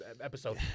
episode